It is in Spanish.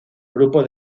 grupo